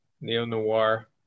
neo-noir